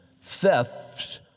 thefts